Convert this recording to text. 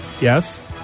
Yes